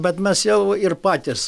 bet mes jau ir patys